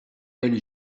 elle